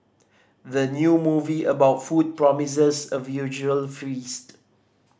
the new movie about food promises a visual feast